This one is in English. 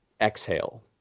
exhale